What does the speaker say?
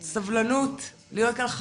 סבלנות, להיות כאן.